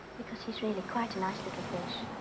because he's really quite a nice little fish.